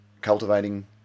cultivating